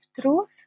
truth